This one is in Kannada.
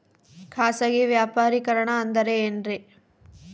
ಖಾಸಗಿ ವ್ಯಾಪಾರಿಕರಣ ಅಂದರೆ ಏನ್ರಿ?